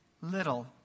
little